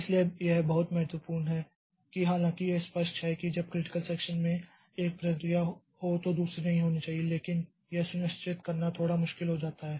इसलिए यह बहुत महत्वपूर्ण है कि हालांकि यह स्पष्ट है कि जब क्रिटिकल सेक्षन में एक प्रक्रिया हो तो दूसरी नहीं होनी चाहिए लेकिन यह सुनिश्चित करना थोड़ा मुश्किल हो जाता है